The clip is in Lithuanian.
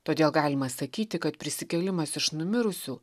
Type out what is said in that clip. todėl galima sakyti kad prisikėlimas iš numirusių